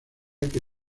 que